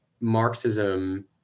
Marxism